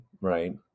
right